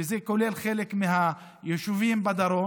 שזה כולל חלק מהיישובים בדרום,